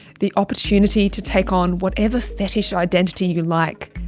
the opportunity to take on whatever fetish identity you like,